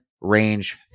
range